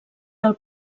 del